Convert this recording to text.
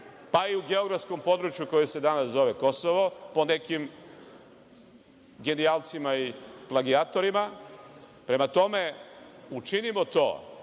pa i u geografskom području koje se danas zove Kosovo, po nekim genijalcima i plagijatorima. Prema tome, učinimo to